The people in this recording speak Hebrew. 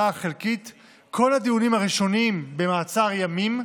החלקית כל הדיונים הראשונים במעצר ימים,